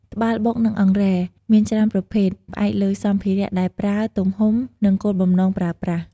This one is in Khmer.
ត្បាល់បុក និងអង្រែមានច្រើនប្រភេទ ផ្អែកលើសម្ភារៈដែលប្រើ, ទំហំ, និងគោលបំណងប្រើប្រាស់។